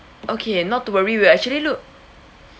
okay not to worry we will actually look